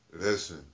Listen